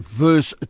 verse